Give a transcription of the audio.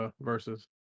versus